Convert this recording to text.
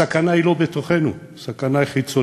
הסכנה היא לא בתוכנו, הסכנה היא חיצונית.